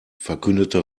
verkündete